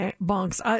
bunks